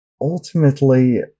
ultimately